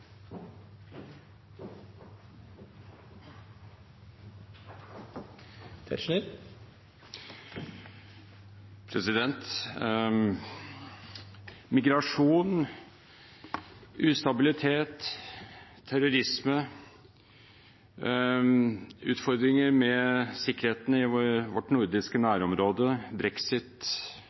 til. Migrasjon, ustabilitet, terrorisme, utfordringer med sikkerheten i vårt nordiske nærområde,